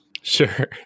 Sure